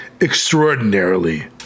extraordinarily